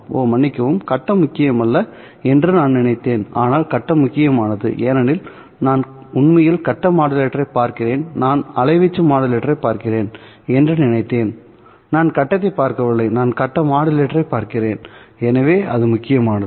ஓ மன்னிக்கவும் கட்டம் முக்கியமல்ல என்று நான் நினைத்தேன் ஆனால் கட்டம் முக்கியமானது ஏனெனில் நான் உண்மையில் கட்ட மாடுலேட்டரைப் பார்க்கிறேன் நான் அலைவீச்சு மாடுலேட்டரைப் பார்க்கிறேன் என்று நினைத்தேன் நான் கட்டத்தைப் பார்க்கவில்லைநான் கட்ட மாடுலேட்டரைப் பார்க்கிறேன் எனவே அது முக்கியமானது